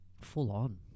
full-on